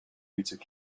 includes